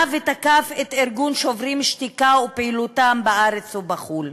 ותקף את ארגון "שוברים שתיקה" ופעילותו בארץ ובחו"ל,